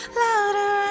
louder